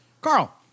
Carl